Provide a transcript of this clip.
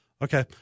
Okay